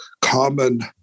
common